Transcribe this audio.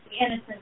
innocent